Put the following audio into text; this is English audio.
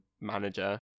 manager